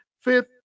fifth